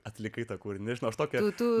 atlieka kūrinius nors tokia būtų